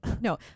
no